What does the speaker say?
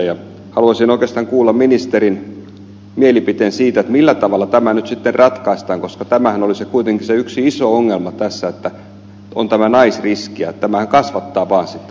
ja haluaisin oikeastaan kuulla ministerin mielipiteen siitä millä tavalla tämä nyt sitten ratkaistaan koska tämähän oli kuitenkin se yksi iso ongelma tässä että on tämä naisriski ja tämähän kasvattaa vaan sitä